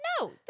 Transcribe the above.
no